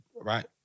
right